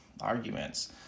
arguments